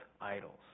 idols